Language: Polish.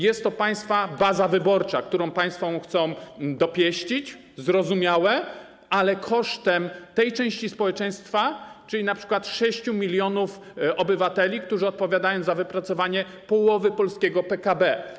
Jest to państwa baza wyborcza, którą państwo chcecie dopieścić, co zrozumiałe, ale robicie to kosztem części społeczeństwa, np. 6 mln obywateli, którzy odpowiadają za wypracowanie połowy polskiego PKB.